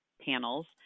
panels